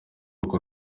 urwo